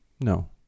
no